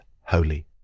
holy